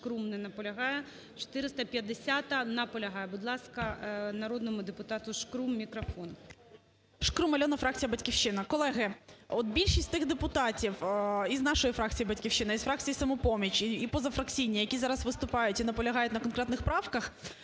Шкрум не наполягає. 450-а. Наполягає. Будь ласка, народному депутату Шкрум мікрофон. 17:43:38 ШКРУМ А.І. Шкрум Альона, фракція "Батьківщина". Колеги, от більшість тих депутатів із нашої фракції, "Батьківщина", із фракції "Самопоміч", і позафракційні, які зараз виступають і наполягають на конкретних правках,